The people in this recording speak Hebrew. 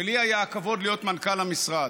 ולי היה הכבוד להיות מנכ"ל המשרד.